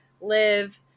live